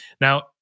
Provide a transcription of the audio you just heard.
Now